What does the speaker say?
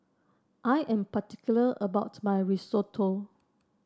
I am particular about my Risotto